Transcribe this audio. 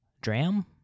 Dram